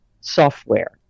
software